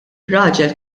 raġel